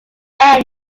end